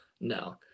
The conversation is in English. no